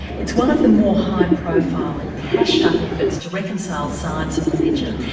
it's one of the more high profile and cashed-up efforts to reconcile science and religion,